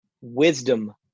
wisdom